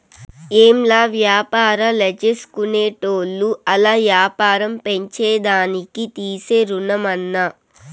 ఏంలా, వ్యాపారాల్జేసుకునేటోళ్లు ఆల్ల యాపారం పెంచేదానికి తీసే రుణమన్నా